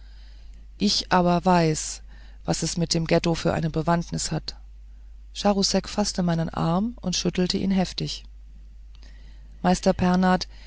ich aber weiß was es mit dem ghetto für eine bewandtnis hat charousek faßte meinen arm und schüttelte ihn heftig meister